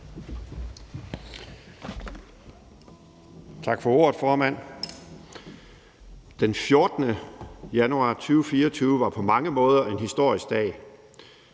Tak for ordet, formand. Den 14. januar 2024 var på mange måder en historisk dag.